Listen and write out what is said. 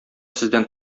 сездән